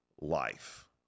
life